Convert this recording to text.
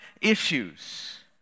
issues